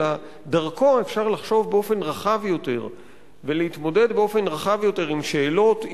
אלא דרכו אפשר לחשוב באופן רחב יותר ולהתמודד באופן רחב יותר עם שאלות,